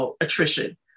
attrition